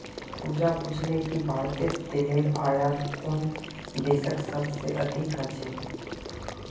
पूजा पूछले कि भारतत तेलेर आयात कुन देशत सबस अधिक ह छेक